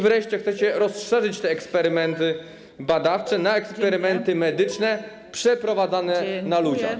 Wreszcie, chcecie rozszerzyć eksperymenty badawcze na eksperymenty medyczne przeprowadzane na ludziach.